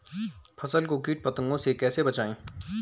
फसल को कीट पतंगों से कैसे बचाएं?